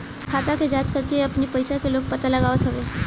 खाता के जाँच करके अपनी पईसा के लोग पता लगावत हवे